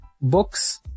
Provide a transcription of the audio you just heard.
Books